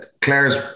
Claire's